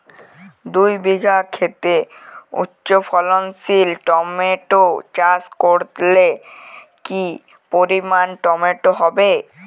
দুই বিঘা খেতে উচ্চফলনশীল টমেটো চাষ করলে কি পরিমাণ টমেটো হবে?